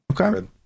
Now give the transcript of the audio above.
Okay